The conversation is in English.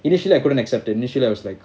initially I couldn't accept initially I was like